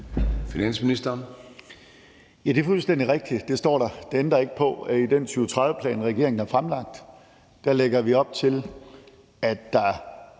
Finansministeren (Nicolai Wammen): Det er fuldstændig rigtigt, at det står der. Det ændrer ikke på, at i den 2030-plan, regeringen har fremlagt, lægger vi op til, at der